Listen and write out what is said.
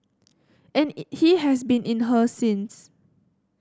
and he has been in her since